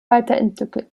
weiterentwickelt